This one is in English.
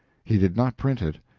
he did not print it,